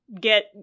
get